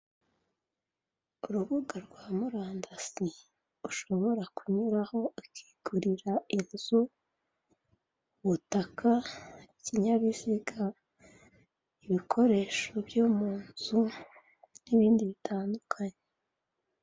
Urubuga rwa murandasi, ushobora kunyuraho ukigurira inzu, ubutaka, ikinyabiziga, ibikoresho byo mu nzu n'ibindi bitandukanye.